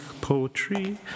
poetry